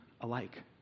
alike